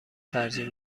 ترجیح